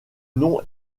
nom